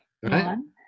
One